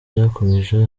ryakomeje